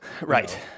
right